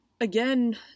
again